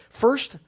First